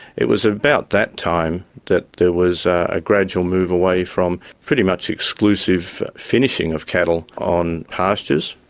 it was at about that time that there was a gradual move away from pretty much exclusive finishing of cattle on pastures.